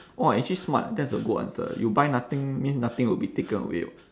!wah! actually smart that's a good answer you buy nothing means nothing will be taken away